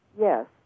Yes